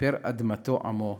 וכפר אדמתו עמו".